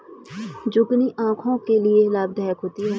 zucchini आंखों के लिए लाभदायक होती है